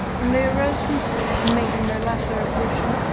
when they arose from sleep and making their lesser ablution,